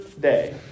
day